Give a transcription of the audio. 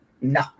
No